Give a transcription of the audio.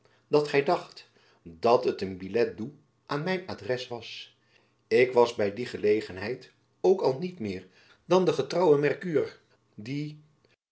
dat gy dacht dat het een billet doux aan mijn adres was ik was by die gelegenheid ook al niet meer dan de getrouwe merkuur die